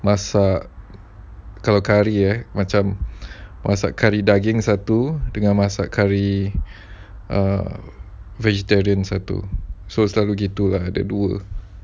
masak kalau kari eh macam masak kari daging satu dengan masak kari err vegetarian macam tu so selalu begitu ah dua